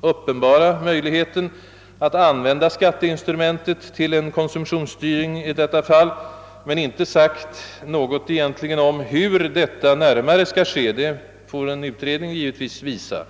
uppenbara möjligheten att använda skatteinstrumentet till en konsumtionsstyrning i detta fall, men jag har egentligen inte sagt något om hur detta närmare skall ske. På denna punkt får en utredning givetvis ge svar.